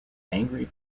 angry